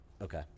okay